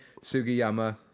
Sugiyama